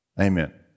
Amen